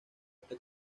este